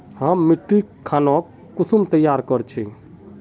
हम मिट्टी खानोक कुंसम तैयार कर छी?